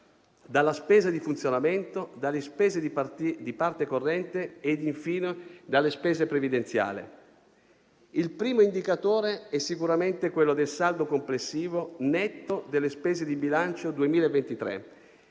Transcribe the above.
dalla spesa di funzionamento, dalle spese di parte corrente ed infine dalle spese previdenziali. Il primo indicatore è sicuramente quello del saldo complessivo netto delle spese di bilancio 2023,